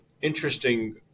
interesting